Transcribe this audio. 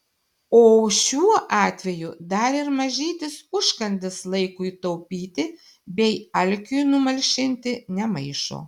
o šiuo atveju dar ir mažytis užkandis laikui taupyti bei alkiui numalšinti nemaišo